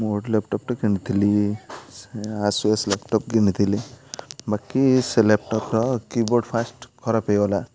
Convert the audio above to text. ମୁଁ ଗୋଟେ ଲ୍ୟାପଟପ୍ଟା କିଣିଥିଲି ଆସୁଏସ୍ ଲ୍ୟାପଟପ୍ କିଣିଥିଲି ବାକି ସେ ଲ୍ୟାପଟପ୍ର କିବୋର୍ଡ଼ ଫାର୍ଷ୍ଟ ଖରାପ ହୋଇଗଲା